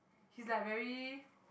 he's like very